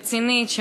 רצינית,